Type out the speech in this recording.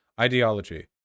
Ideology